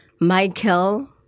Michael